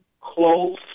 close